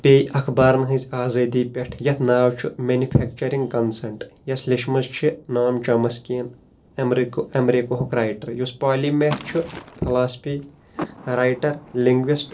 بییٚہِ اخبارن ہنٛز آزٲدی پٮ۪ٹھ یتھ ناو چھُ مینِفیٚکچرنٛگ کنسنٛٹ یۄس لیچھمٕژ چھِ نام چامسکِین ایٚمریکہ ایٚمریکُہُک رایٚٹر یُس پالِمیتھ چھُ فلاسفی رایٹر لنگوسٹ